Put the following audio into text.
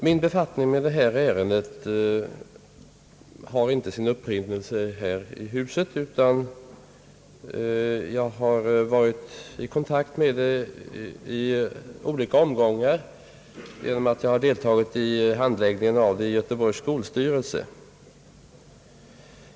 Min befattning med detta ärende har inte sin upprinnelse här i huset, utan jag har varit i kontakt med det i olika omgångar genom mitt deltagande i handläggningen av det i Göteborgs skolstyrelse.